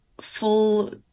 full